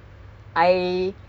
then